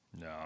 no